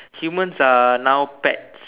humans are now pets